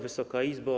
Wysoka Izbo!